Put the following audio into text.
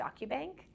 DocuBank